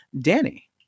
Danny